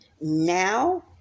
now